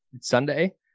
Sunday